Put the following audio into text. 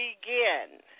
begin